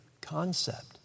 concept